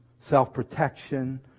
self-protection